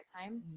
time